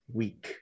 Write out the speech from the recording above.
week